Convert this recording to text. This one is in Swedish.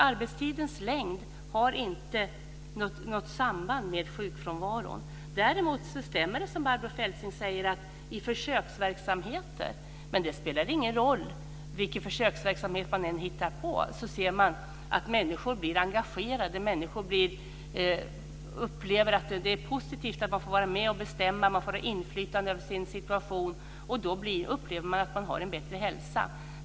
Arbetstidens längd har inte något samband med sjukfrånvaron. Däremot stämmer detta, som Barbro Feltzing säger, i försöksverksamheter. Men det spelar ingen roll vilken försöksverksamhet man än hittar på, för man ser alltid att människor blir engagerade och upplever att det är positivt att få vara med och bestämma och ha inflytande över sin situation. Då upplever man att man har en bättre hälsa.